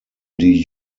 die